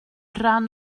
rhan